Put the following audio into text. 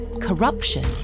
corruption